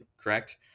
correct